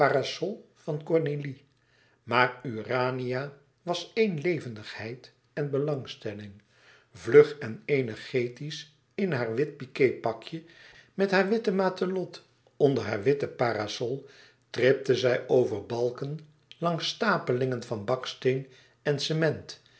van cornélie maar urania was éene levendighetd en belangstelling vlug en energisch in haar wit piqué pakje met haar witten matelot onder haar witten parasol tripte zij over balken langs stapelingen van baksteen en cement